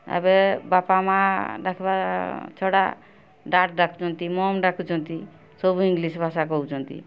ଏବେ ବାପା ମା' ଡାକିବା ଛଡ଼ା ଡାଡ଼୍ ଡାକୁଛନ୍ତି ମମ୍ ଡାକୁଛନ୍ତି ସବୁ ଇଂଲିଶ ଭାଷା କହୁଛନ୍ତି